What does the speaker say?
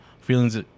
feelings